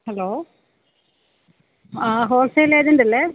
hello ആ ഹോള് സെയിലേജന്റല്ലേ